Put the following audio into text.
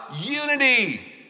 unity